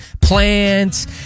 plants